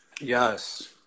yes